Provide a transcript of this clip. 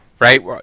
right